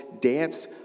dance